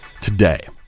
Today